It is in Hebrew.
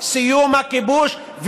סיום הכיבוש,